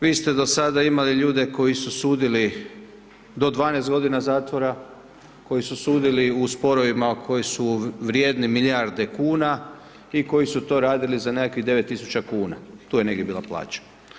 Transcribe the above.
Vi ste do sada imali ljude koji su sudili do 12 godina zatvora, koji su sudili u sporovima koji su vrijedni milijarde kuna i koji su to radili za nekakvih 9.000,00 kn, tu je negdje bila plaća.